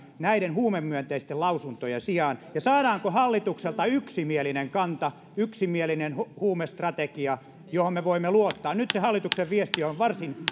näiden huumemyönteisten lausuntojen sijaan saadaanko hallitukselta yksimielinen kanta yksimielinen huumestrategia johon me voimme luottaa nyt hallituksen viesti on varsin